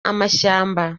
amashyamba